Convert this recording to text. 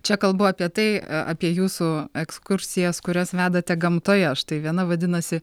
čia kalbu apie tai a apie jūsų ekskursijas kurias vedate gamtoje štai viena vadinasi